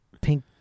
Pink